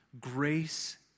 grace